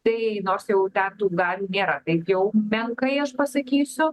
tai nors jau tetų dar nėra taip jau menkai aš pasakysiu